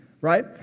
right